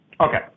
okay